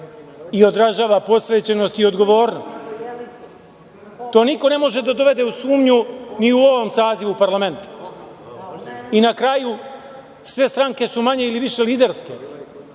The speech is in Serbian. i odražava posvećenost i odgovornost. To niko ne može da dovede u sumnju ni u ovom sazivu parlamenta. Na kraju, sve stranke su manje ili više liderske.